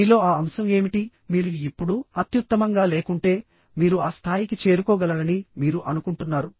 మీలో ఆ అంశం ఏమిటి మీరు ఇప్పుడు అత్యుత్తమంగా లేకుంటే మీరు ఆ స్థాయికి చేరుకోగలరని మీరు అనుకుంటున్నారు